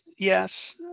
Yes